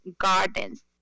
Gardens